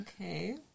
Okay